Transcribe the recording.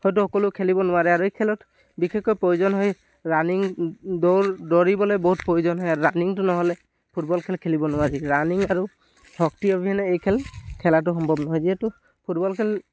হয়তো সকলোৱে খেলিব নোৱাৰে আৰু এই খেলত বিশেষকৈ প্ৰয়োজন হয় ৰানিং দৌৰ দৌৰিবলৈ বহুত প্ৰয়োজন হয় আৰু ৰানিংটো নহ'লে ফুটবল খেল খেলিব নোৱাৰি ৰানিং আৰু শক্তি অবিহনে এই খেল খেলাটো সম্ভৱ নহয় যিহেতু ফুটবল খেল